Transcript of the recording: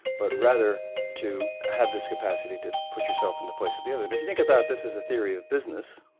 but rather to have this capacity to put yourself in the place of the other. and if you think about this as a theory of business,